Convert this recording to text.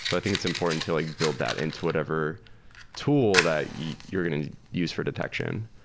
so i think it's important to like build that into whatever tool that you're going to use for detection.